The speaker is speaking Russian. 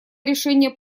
решение